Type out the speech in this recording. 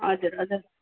हजुर हजुर